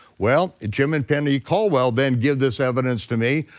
well, jim and penny caldwell then give this evidence to me,